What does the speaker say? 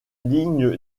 ligne